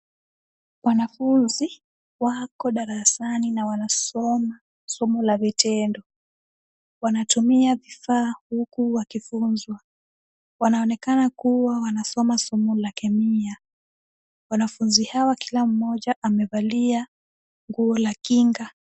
Wanafunzi wako darasani na wanasoma somo la vitendo. Wanatumia vifaa huku wakifunzwa. Wanaonekana kuwa wanasoma somo la kemia. Wanafunzi hawa kila mmoja amevalia nguo la kinga.